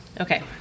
Okay